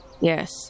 yes